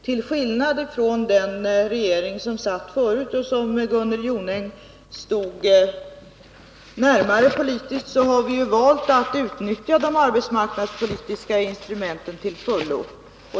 Till skillnad från den Torsdagen den regering som satt förut och som Gunnel Jonäng stod närmare politiskt har vi — 10 februari 1983 ju valt att utnyttja de arbetsmarknadspolitiska instrumenten till fullo.